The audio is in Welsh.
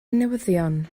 newyddion